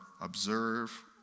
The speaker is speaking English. observe